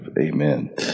Amen